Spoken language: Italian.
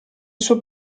suo